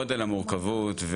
גודל המורכבות,